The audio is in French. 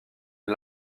est